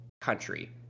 country